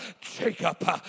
Jacob